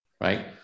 right